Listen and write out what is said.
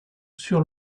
sur